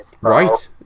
Right